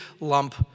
lump